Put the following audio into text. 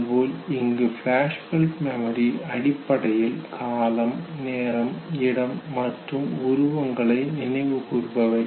அதுபோல் இங்கு flashbulb memory அடிப்படையில் காலம் நேரம் இடம் மற்றும் உருவங்களை நினைவுகூர்பவை